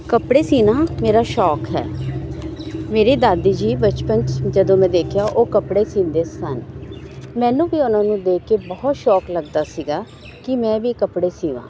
ਕੱਪੜੇ ਸੀਨਾ ਮੇਰਾ ਸ਼ੌਕ ਹੈ ਮੇਰੇ ਦਾਦੀ ਜੀ ਬਚਪਨ 'ਚ ਜਦੋਂ ਮੈਂ ਦੇਖਿਆ ਉਹ ਕੱਪੜੇ ਸੀਂਦੇ ਸਨ ਮੈਨੂੰ ਵੀ ਉਹਨਾਂ ਨੂੰ ਦੇਖ ਕੇ ਬਹੁਤ ਸ਼ੌਂਕ ਲੱਗਦਾ ਸੀਗਾ ਕਿ ਮੈਂ ਵੀ ਕੱਪੜੇ ਸੀਵਾਂ